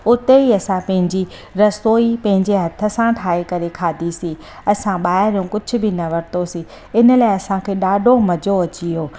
उते ई असां पंहिंजी रसोई पंहिंजे हथ सां ठाहे करे खाधी असां ॿाहिरियां कुझु बि न वरितोसीं हिन लाइ असांखे ॾाढो मज़ो अची वियो